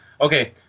okay